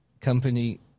company